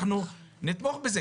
אנחנו נתמוך בזה,